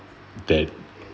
that